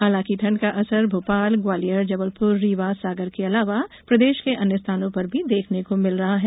हालांकि ठंड का असर भोपाल ग्वालियर जबलपुर रीवा सागर के अलावा प्रदेश के अन्य स्थानों पर भी देखने को मिल रहा है